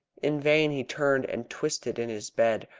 in vain he turned and twisted in his bed,